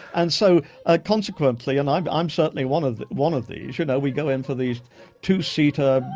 and so ah consequently and i'm i'm certainly one of one of these, you know we go into these two-seater,